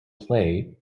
play